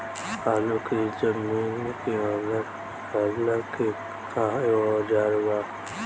आलू को जमीन के अंदर से निकाले के का औजार बा?